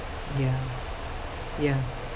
ya ya